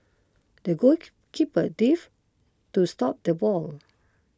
the goalkeeper dive to stop the ball